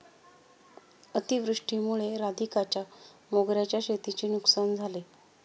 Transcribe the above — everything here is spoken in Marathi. अतिवृष्टीमुळे राधिकाच्या मोगऱ्याच्या शेतीची नुकसान झाले